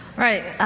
right.